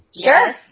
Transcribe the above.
Sure